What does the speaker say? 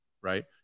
right